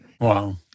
Wow